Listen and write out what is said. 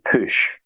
push